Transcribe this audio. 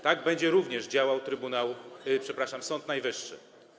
Tak będzie również działał trybunał, przepraszam, Sąd Najwyższy.